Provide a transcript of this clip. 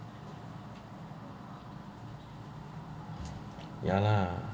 ya lah